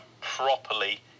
properly